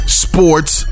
sports